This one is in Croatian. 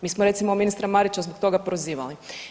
Mi smo recimo, ministra Marića zbog toga prozivali.